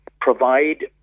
provide